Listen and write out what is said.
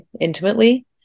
intimately